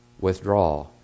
Withdraw